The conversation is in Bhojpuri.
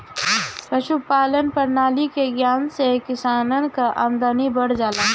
पशुपालान प्रणाली के ज्ञान से किसानन कअ आमदनी बढ़ जाला